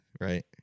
right